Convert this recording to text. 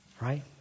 right